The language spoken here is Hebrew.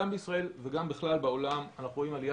גם בישראל וגם בעולם בכלל אנחנו רואים עלייה